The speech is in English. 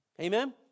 Amen